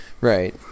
Right